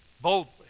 boldly